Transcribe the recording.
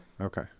Okay